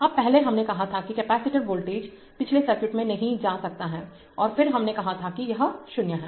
अब पहले हमने कहा था कि कैपेसिटर वोल्टेज पिछले सर्किट में नहीं जा सकता है और फिर हमने कहा कि यह 0 है